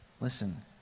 listen